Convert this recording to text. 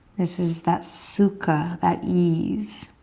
this is that sukha, that ease.